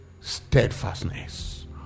Steadfastness